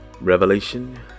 Revelation